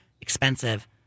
expensive